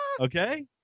Okay